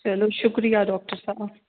چلو شُکریہ ڈاکٹر صاحب